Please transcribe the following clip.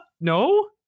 No